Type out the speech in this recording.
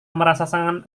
merasa